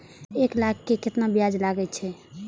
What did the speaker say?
एक लाख के केतना ब्याज लगे छै?